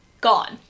gone